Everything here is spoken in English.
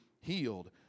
healed